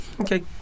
okay